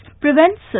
prevents